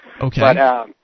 Okay